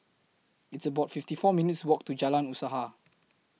It's about fifty four minutes' Walk to Jalan Usaha